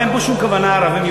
אין פה שום כוונה ערבים,